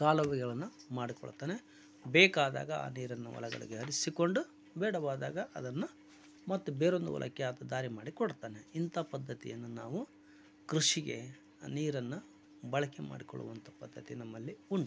ಕಾಲುವೆಗಳನ್ನು ಮಾಡಿಕೊಳ್ತಾನೆ ಬೇಕಾದಾಗ ಆ ನೀರನ್ನು ಹೊಲಗಳಿಗೆ ಹರಿಸಿಕೊಂಡು ಬೇಡವಾದಾಗ ಅದನ್ನು ಮತ್ತೆ ಬೇರೊಂದು ಹೊಲಕ್ಕೆ ಆತ ದಾರಿ ಮಾಡಿಕೊಡ್ತಾನೆ ಇಂಥ ಪದ್ಧತಿಯನ್ನು ನಾವು ಕೃಷಿಗೆ ನೀರನ್ನು ಬಳಕೆ ಮಾಡ್ಕೊಳ್ಳುವಂಥ ಪದ್ಧತಿ ನಮ್ಮಲ್ಲಿ ಉಂಟು